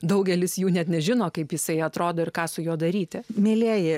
daugelis jų net nežino kaip jisai atrodo ir ką su juo daryti mielieji